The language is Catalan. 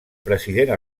president